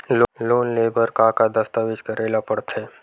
Loan ले बर का का दस्तावेज करेला पड़थे?